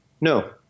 No